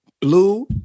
Blue